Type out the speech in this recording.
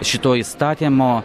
šito įstatymo